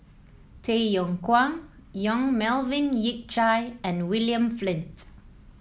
Tay Yong Kwang Yong Melvin Yik Chye and William Flint